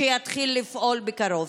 שיתחילו בקרוב.